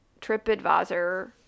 TripAdvisor